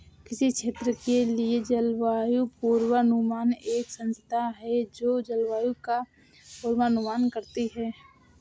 किसी क्षेत्र के लिए जलवायु पूर्वानुमान एक संस्था है जो जलवायु का पूर्वानुमान करती है